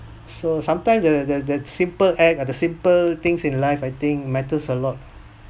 so sometime the the the simple act the simple things in life I think matters a lot